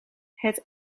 het